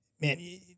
man